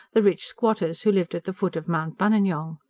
the rich squatters who lived at the foot of mount buninyong.